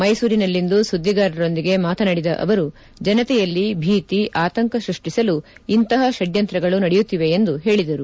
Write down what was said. ಮೈಸೂರಿನಲ್ಲಿಂದು ಸುದ್ದಿಗಾರರೊಂದಿಗೆ ಮಾತನಾಡಿದ ಅವರು ಜನತೆಯಲ್ಲಿ ಭೀತಿ ಆತಂಕ ಸೃಷ್ಠಿಸಲು ಇಂತಹ ಪಡ್ಣಂತ್ರಗಳು ನಡೆಯುತ್ತಿವೆ ಎಂದು ಹೇಳಿದರು